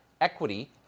Equity